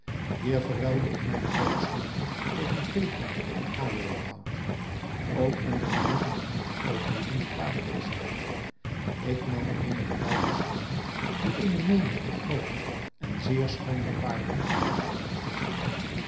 hier verruilde ik mijne kokosnoten tegen peper en aloéhout ook ondernam ik met andere kooplieden de parelvisscherij ik nam eenige duikers aan die eene menigte groote en zeer schoone parelen voor mij opvischten